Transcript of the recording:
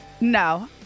No